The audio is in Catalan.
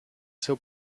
seu